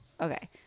Okay